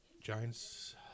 Giants